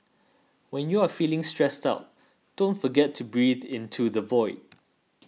when you are feeling stressed out don't forget to breathe into the void